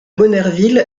monnerville